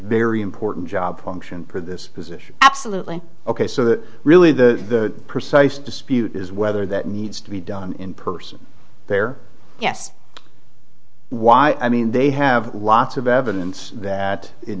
very important job function for this position absolutely ok so that really the precise dispute is whether that needs to be done in person there yes why i mean they have lots of evidence that it